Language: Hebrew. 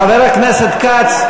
חבר הכנסת כץ,